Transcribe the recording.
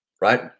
right